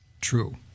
True